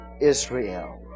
Israel